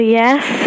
yes